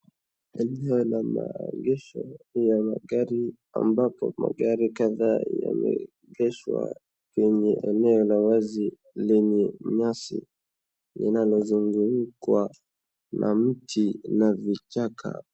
Eneo la maegesho ya magari ambapo magari kadhaa yameegeshwa kwenye eneo la wazi lenye nyasi linalozungukwa na miti na vichaka.